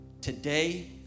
Today